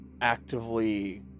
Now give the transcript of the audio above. actively